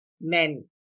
Men